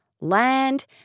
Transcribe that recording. land